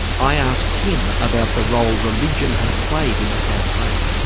i asked him about the role religion had paid in the campaign.